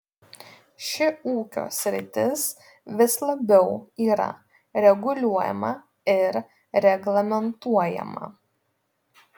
ši ūkio sritis vis labiau yra reguliuojama ir reglamentuojama